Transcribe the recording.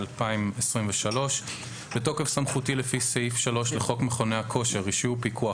התשפ"ג-2023 בתוקף סמכותי לפי סעיף 3 לחוק מכוני כושר (רישוי ופיקוח),